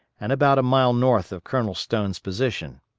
and about a mile north of colonel stone's position.